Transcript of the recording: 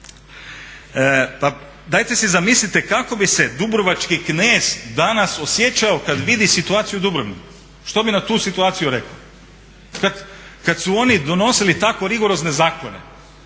Pa dajte si zamislite kako bi se dubrovački knez danas osjećao kad vidi situaciju u Dubrovniku, što bi na tu situaciju rekao? Kad su oni donosili tako rigorozne zakone,